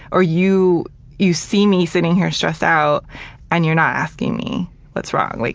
or you you see me sitting here stressed out and you're not asking me what's wrong. like